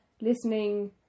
listening